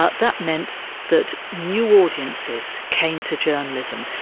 ah that meant that new audiences came to journalism,